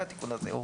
למכתב.